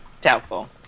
Doubtful